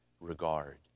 regard